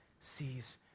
sees